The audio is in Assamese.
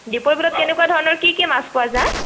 দীপৰ বিলত কেনেকুৱা ধৰণৰ কি কি মাছ পোৱা যায়